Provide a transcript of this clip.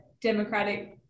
democratic